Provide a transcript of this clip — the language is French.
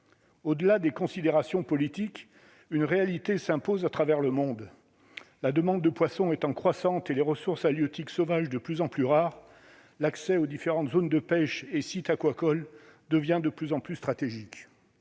Au-delà des considérations politiques, une réalité s'impose à travers le monde la demande de poisson étant croissante et les ressources halieutiques sauvages de plus en plus rares, l'accès aux différentes zones de pêche et aquacole devient de plus en plus stratégique